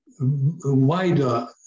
wider